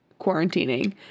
quarantining